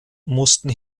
mussten